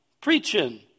preaching